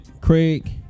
Craig